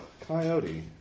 Coyote